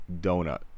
donut